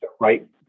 right